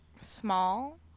small